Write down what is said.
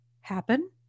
happen